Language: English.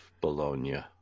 Bologna